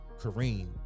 kareem